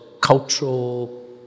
cultural